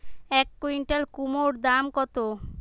এক কুইন্টাল কুমোড় দাম কত?